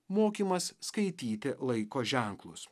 mokymas skaityti laiko ženklus